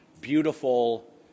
beautiful